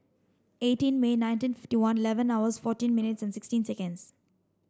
eighteen May nineteen fifty one eleven hours fourteen minutes and sixteen seconds